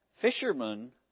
fishermen